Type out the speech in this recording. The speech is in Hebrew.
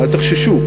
אל תחששו,